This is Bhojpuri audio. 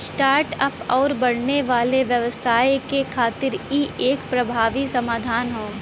स्टार्ट अप्स आउर बढ़ने वाले व्यवसाय के खातिर इ एक प्रभावी समाधान हौ